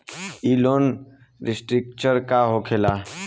ई loan restructure का होखे ला?